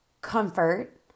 comfort